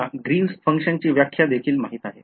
आपल्याला Green's function ची व्याख्या देखील माहित आहे